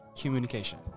Communication